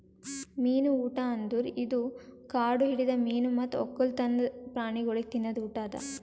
ಮೀನು ಊಟ ಅಂದುರ್ ಇದು ಕಾಡು ಹಿಡಿದ ಮೀನು ಮತ್ತ್ ಒಕ್ಕಲ್ತನ ಪ್ರಾಣಿಗೊಳಿಗ್ ತಿನದ್ ಊಟ ಅದಾ